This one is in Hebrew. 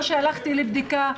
לא שהלכתי לבדיקה.